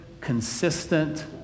consistent